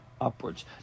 upwards